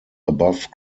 above